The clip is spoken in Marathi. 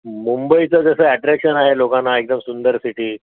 मुंबईचं जसं ॲट्रॅक्शन आहे लोकांना एकदम सुंदर सिटी